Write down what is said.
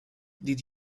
did